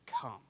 come